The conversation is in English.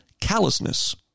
callousness